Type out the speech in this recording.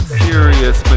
serious